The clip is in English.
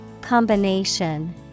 Combination